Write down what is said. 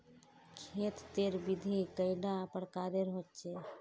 खेत तेर विधि कैडा प्रकारेर होचे?